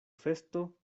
festo